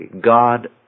God